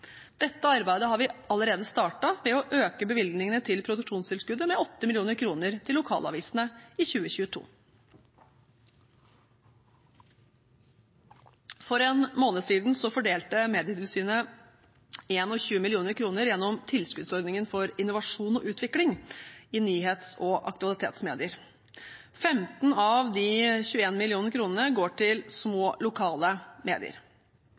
Dette arbeidet har vi allerede startet, ved å øke bevilgningene til produksjonstilskuddet med 8 mill. kr til lokalavisene i 2022. For en måned siden fordelte Medietilsynet 21 mill. kr gjennom tilskuddsordningen for innovasjon og utvikling i nyhets- og aktualitetsmedier. 15 mill. kr av de 21 mill. kr går til små, lokale medier.